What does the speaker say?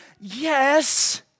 Yes